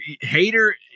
Hater